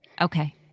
Okay